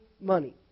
money